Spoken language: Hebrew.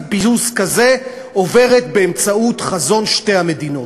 פיוס כזה עוברת באמצעות חזון שתי המדינות,